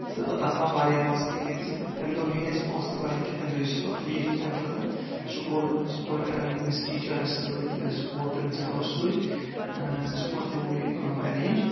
تہٕ تَتھ آو واریاہ مَزٕ تِکیٚازِ تٔمۍ دۄہ پیٚیہِ نہٕ اَسہِ پونٛسہٕ تہِ بَرٕنۍ کیٚنٛہہ بیٚیہِ یُس فیس اوس تَمہِ خٲطرٕ سکوٗل سُہ کوٚر یِم ٲسۍ یِم اَسہِ ٹیٖچر ٲسۍ سۭتۍ سکوٗل پرنسپل اوس سۭتۍ سُہ کوٚر تِموے ایٚرینج